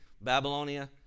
Babylonia